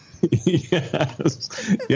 Yes